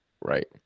Right